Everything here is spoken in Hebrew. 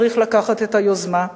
צריך לקחת את היוזמה.